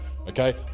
Okay